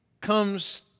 comes